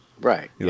Right